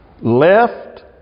left